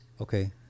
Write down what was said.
Okay